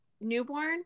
newborn